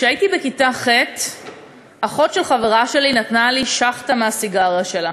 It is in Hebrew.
כשהייתי בכיתה ח' אחות של חברה שלי נתנה לי שאכטה מהסיגריה שלה.